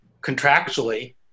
contractually